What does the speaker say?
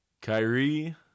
Kyrie